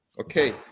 Okay